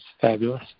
fabulous